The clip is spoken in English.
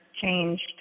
changed